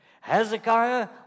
Hezekiah